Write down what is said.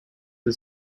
the